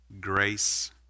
grace